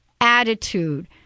attitude